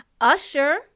Usher